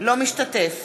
לא משתתף